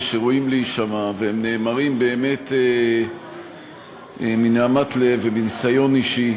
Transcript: להישמע, והם נאמרים באמת מנהמת לב ומניסיון אישי.